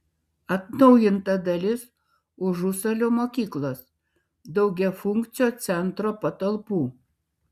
atnaujinta dalis užusalių mokyklos daugiafunkcio centro patalpų